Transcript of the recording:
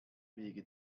wege